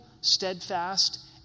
steadfast